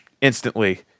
instantly